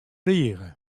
rige